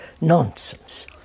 nonsense